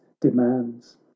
demands